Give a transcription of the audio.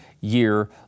year